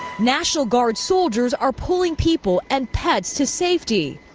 national guard soldiers are pulling people and pets to safety.